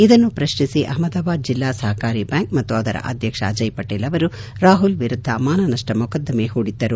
ಇದನ್ನು ಪ್ರಶ್ನಿಸಿ ಅಹಮದಾಬಾದ್ ಜಿಲ್ಲಾ ಸಹಕಾರಿ ಬ್ಬಾಂಕ್ ಮತ್ತು ಅದರ ಅಧ್ಯಕ್ಷ ಅಜಯ್ ಪಟೇಲ್ ಅವರು ರಾಹುಲ್ ವಿರುದ್ದ ಮಾನನಷ್ಟ ಮೊಕದ್ದಮೆ ಹೂಡಿದ್ದರು